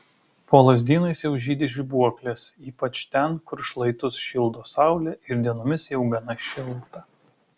po lazdynais jau žydi žibuoklės ypač ten kur šlaitus šildo saulė ir dienomis jau gana šilta